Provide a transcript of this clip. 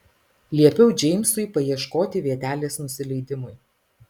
liepiau džeimsui paieškoti vietelės nusileidimui